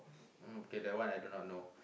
okay that one I do not know